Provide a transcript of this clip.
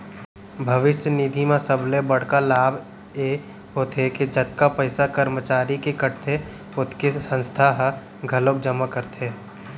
भविस्य निधि म सबले बड़का लाभ ए होथे के जतका पइसा करमचारी के कटथे ओतके संस्था ह घलोक जमा करथे